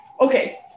okay